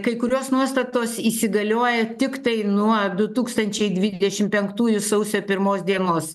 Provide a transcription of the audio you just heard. kai kurios nuostatos įsigalioja tiktai nuo du tūkstančiai dvidešimt penktųjų sausio pirmos dienos